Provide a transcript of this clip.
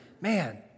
Man